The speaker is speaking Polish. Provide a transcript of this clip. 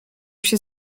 się